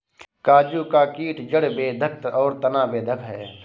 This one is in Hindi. काजू का कीट जड़ बेधक और तना बेधक है